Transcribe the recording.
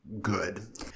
good